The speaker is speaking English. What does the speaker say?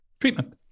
treatment